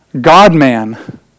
God-man